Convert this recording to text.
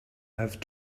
have